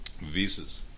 Visas